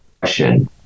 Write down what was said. question